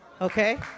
okay